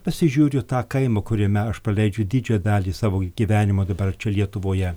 pasižiūriu į tą kaimą kuriame aš praleidžiu didžiąją dalį savo gyvenimo dabar čia lietuvoje